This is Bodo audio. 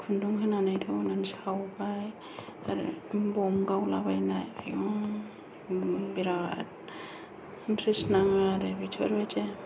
खुन्दुं होनानै थाव होनानै सावबाय आरो बम गावलाबायनाय आयु बिराद इन्टारेस्ट नाङो आरो बेफोरबायदि